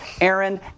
Aaron